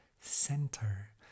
center